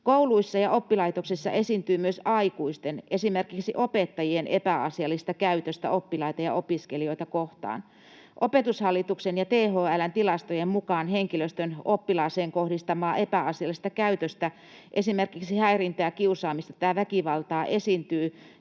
Kouluissa ja oppilaitoksissa esiintyy myös aikuisten, esimerkiksi opettajien, epäasiallista käytöstä oppilaita ja opiskelijoita kohtaan. Opetushallituksen ja THL:n tilastojen mukaan henkilöstön oppilaaseen kohdistamaa epäasiallista käytöstä, esimerkiksi häirintää, kiusaamista tai väkivaltaa, esiintyy